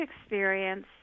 experience